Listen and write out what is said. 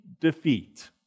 defeat